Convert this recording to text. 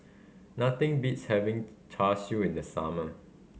nothing beats having Char Siu in the summer